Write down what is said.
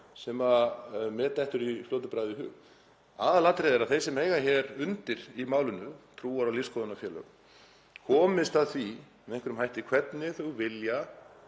sem mér dettur í fljótu bragði í hug. Aðalatriðið er að þau sem eiga hér undir í málinu, trúar- og lífsskoðunarfélög, komist að því með einhverjum hætti hvernig þau vilja